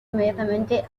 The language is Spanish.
inmediatamente